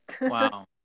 Wow